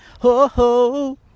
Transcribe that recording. Ho-ho